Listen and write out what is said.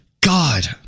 God